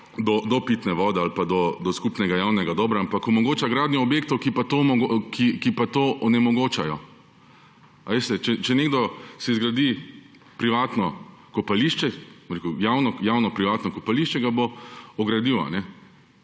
do pitne vode ali do skupnega javnega dobra, ampak se omogoča gradnja objektov, ki pa to omogočajo. Veste, če si nekdo zgradi privatno kopališče, bom rekel javno privatno kopališče, ga bo ogradil.